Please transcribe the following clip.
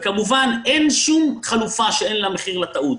כמובן אין שום חלופה שאין בה מחיר לטעות,